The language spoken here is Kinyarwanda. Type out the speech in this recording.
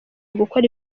gukora